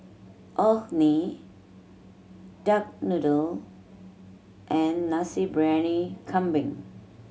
Orh Nee duck noodle and Nasi Briyani Kambing